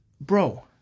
bro